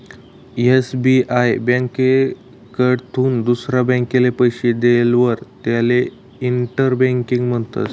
SBI ब्यांककडथून दुसरा ब्यांकले पैसा देयेलवर त्याले इंटर बँकिंग म्हणतस